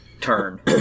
turn